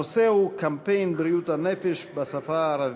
הנושא הוא: קמפיין בריאות הנפש בשפה הערבית.